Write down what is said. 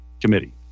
Committee